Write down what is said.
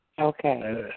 Okay